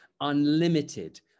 unlimited